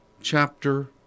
chapter